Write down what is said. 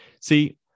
See